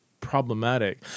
problematic